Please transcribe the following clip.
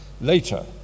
later